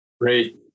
Great